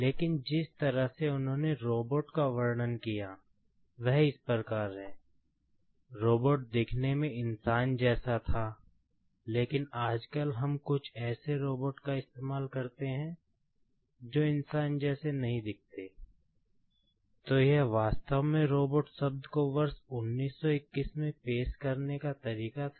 लेकिन जिस तरह से उन्होंने रोबोट नहीं था